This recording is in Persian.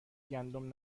گندم